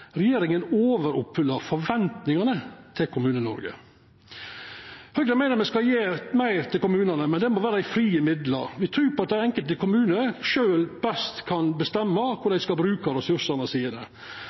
Regjeringa overoppfylte forventningane til Kommune-Noreg. Høgre meiner me skal gje meir til kommunane, men det må vera i frie midlar. Me trur på at den enkelte kommune sjølv best kan bestemma